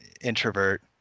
Introvert